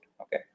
okay